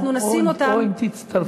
או אם תצטרפי לממשלה.